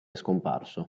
scomparso